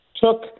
took